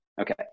okay